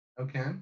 okay